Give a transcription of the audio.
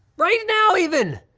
right now, even!